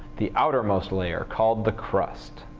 the outermost layer, called the crust.